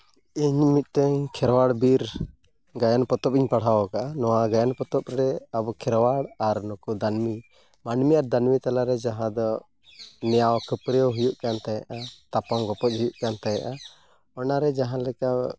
ᱤᱧ ᱢᱤᱫᱴᱟᱱ ᱠᱷᱮᱨᱣᱟᱞ ᱵᱤᱨ ᱜᱟᱭᱟᱱ ᱯᱚᱛᱚᱵ ᱤᱧ ᱯᱟᱲᱦᱟᱣ ᱟᱠᱟᱫᱼᱟ ᱱᱚᱣᱟ ᱜᱟᱭᱟᱱ ᱯᱚᱛᱚᱵ ᱨᱮ ᱟᱵᱚ ᱠᱷᱮᱨᱣᱟᱞ ᱟᱨ ᱱᱩᱠᱩ ᱫᱟᱹᱱᱢᱤ ᱢᱟᱹᱱᱢᱤ ᱟᱨ ᱫᱟᱹᱱᱢᱤ ᱛᱟᱞᱟᱨᱮ ᱡᱟᱦᱟᱸ ᱫᱚ ᱱᱮᱭᱟᱣ ᱠᱷᱟᱹᱯᱟᱹᱨᱤᱭᱟᱹ ᱦᱩᱭᱩᱜ ᱠᱟᱱ ᱛᱟᱦᱮᱸᱫᱼᱟ ᱛᱟᱯᱟᱢ ᱜᱚᱯᱚᱡ ᱦᱩᱭᱩᱜ ᱠᱟᱱ ᱛᱟᱦᱮᱸᱫᱼᱟ ᱚᱱᱟᱨᱮ ᱡᱟᱦᱟᱸ ᱞᱮᱠᱟ